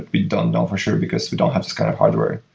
we don't know for sure, because we don't have this kind of hardware.